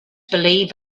believe